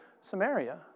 Samaria